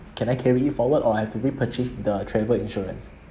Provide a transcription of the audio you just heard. can I carry forward or I have to repurchase the travel insurance